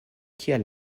kiel